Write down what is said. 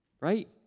right